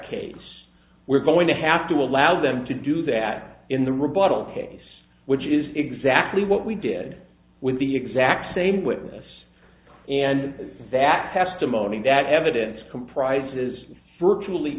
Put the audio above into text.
case we're going to have to allow them to do that in the rebuttal case which is exactly what we did with the exact same witness and that testimony that evidence comprises virtually